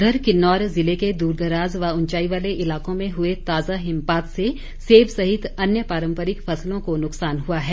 उधर किन्नौर ज़िले के दूरदराज़ व ऊंचाई वाले इलाकों में हुए ताज़ा हिमपात से सेब सहित अन्य पारंपरिक फसलों को नुकसान हुआ है